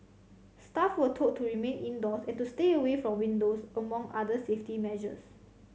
staff were told to remain indoors and to stay away from windows among other safety measures